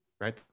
Right